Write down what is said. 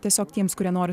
tiesiog tiems kurie nori